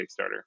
Kickstarter